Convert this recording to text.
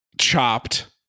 Chopped